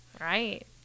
Right